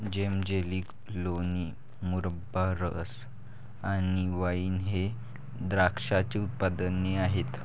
जेम, jelly, लोणी, मुरब्बा, रस आणि वाइन हे द्राक्षाचे उत्पादने आहेत